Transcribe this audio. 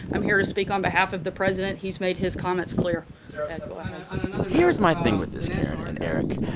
i'm here to speak on behalf of the president. he's made his comments clear and here's my thing with this, karen and eric.